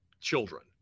children